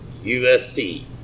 USC